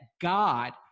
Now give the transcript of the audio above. God